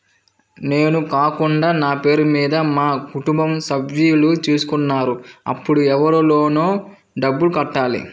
నేను కాకుండా నా పేరు మీద మా కుటుంబ సభ్యులు తీసుకున్నారు అప్పుడు ఎవరు లోన్ డబ్బులు కట్టాలి?